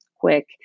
quick